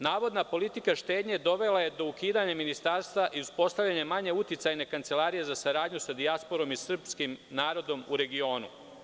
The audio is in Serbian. Navodna politika štednje dovela je do ukidanja ministarstva i uspostavljanja manje uticajne Kancelarije za saradnju sa dijasporom i srpskim narodom u regionu.